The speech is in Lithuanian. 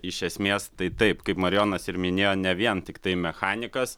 iš esmės tai taip kaip marijonas ir minėjo ne vien tiktai mechanikas